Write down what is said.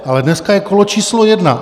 Ale dneska je kolo číslo jedna.